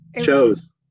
shows